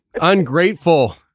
Ungrateful